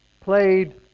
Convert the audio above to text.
played